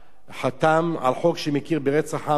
חתם על חוק שמכיר ברצח העם הארמני,